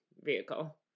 vehicle